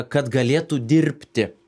kad galėtų dirbti